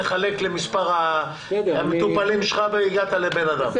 חלק למספר המטופלים שלך והגעת לבן אדם.